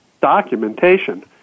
documentation